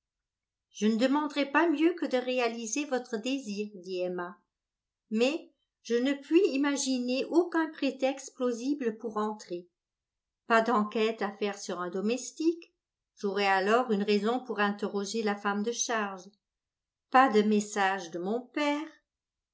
je ne demanderais pas mieux que de réaliser votre désir dit emma mais je ne puis imaginer aucun prétexte plausible pour entrer pas d'enquête à faire sur un domestique j'aurais alors une raison pour interroger la femme de charge pas de message de mon père